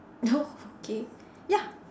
no okay ya